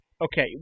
Okay